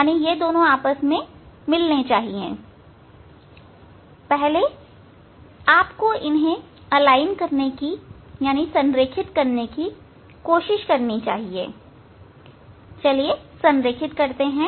पहले आपको इन्हें संरेखीत करके लेने की कोशिश करनी चाहिए संरेखीत करते हैं